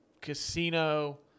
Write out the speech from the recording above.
Casino